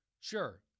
Sure